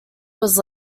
was